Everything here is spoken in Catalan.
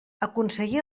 aconseguir